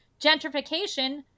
gentrification